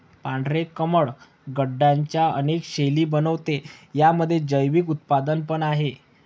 पांढरे कमळ गट्ट्यांच्या अनेक शैली बनवते, यामध्ये जैविक उत्पादन पण आहे